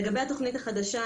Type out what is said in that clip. לגבי התוכנית החדשה,